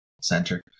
center